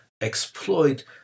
exploit